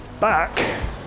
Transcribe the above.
back